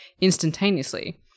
instantaneously